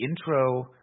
intro